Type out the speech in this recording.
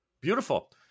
Beautiful